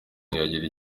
ntiyagira